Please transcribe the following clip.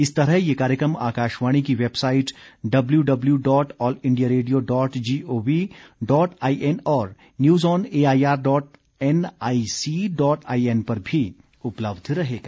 इसी तरह यह कार्यक्रम आकाशवाणी की website W W W dot all India radio dot G O V dot I N और news on A I R dot N I C dot I N पर भी उपलब्ध रहेगा